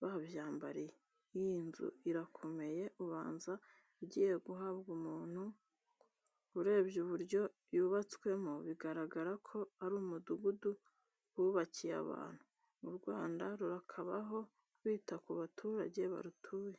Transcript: babyambariye. Iyi nzu irakomeye ubanza igiye guhabwa umuntu, urebye uburyo yubatswemo biragara ko ari umudugudu bubakiye abantu. U Rwanda rurakabaho rwita ku baturage barutuye.